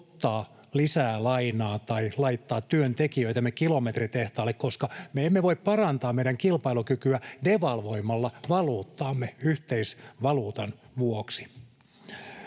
lisää lainaa tai laittaa työntekijöitämme kilometritehtaalle, koska me emme voi parantaa meidän kilpailukykyä devalvoimalla valuuttaamme yhteisvaluutan vuoksi.